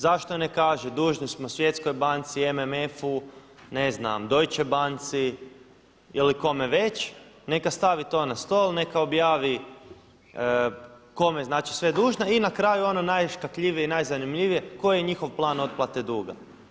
Zašto ne kaže dužni smo Svjetskoj banci, MMF-u, ne znam Deutche banci ili kome već, neka stavi to na stol, neka objavi kome je znači sve dužna i na kraju ono najškakljivije i najzanimljivije koji je njihov plan otplate duga?